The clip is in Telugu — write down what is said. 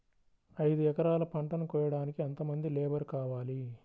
ఐదు ఎకరాల పంటను కోయడానికి యెంత మంది లేబరు కావాలి?